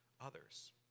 others